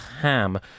ham